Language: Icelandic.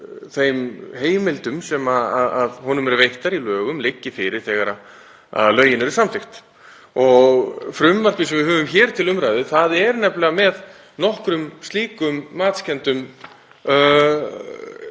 þeim heimildum sem honum eru veittar í lögum liggi fyrir þegar lögin eru samþykkt. Frumvarpið sem við höfum hér til umræðu er nefnilega með nokkrum slíkum matskenndum